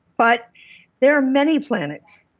but there are many planets,